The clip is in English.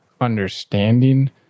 understanding